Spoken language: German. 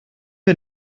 wir